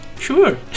sure